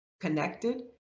connected